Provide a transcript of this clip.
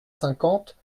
cinquante